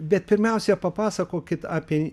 bet pirmiausia papasakokit apie